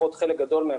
לפחות חלק גדול מהן,